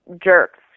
jerks